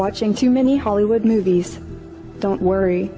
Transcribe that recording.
watching too many hollywood movies don't worry